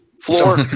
Floor